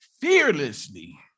fearlessly